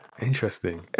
Interesting